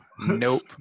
nope